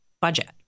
budget